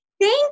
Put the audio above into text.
thank